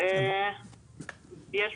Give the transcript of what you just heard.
שמי נטליה מירונצ'ב,